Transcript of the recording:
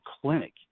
clinic